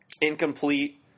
Incomplete